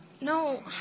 No